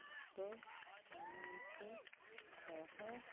ଲୋକମାନଙ୍କ ସହ